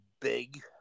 big